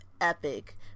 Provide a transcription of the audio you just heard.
epic